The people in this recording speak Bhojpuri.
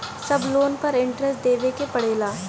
सब लोन पर इन्टरेस्ट देवे के पड़ेला?